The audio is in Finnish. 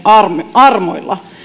armoilla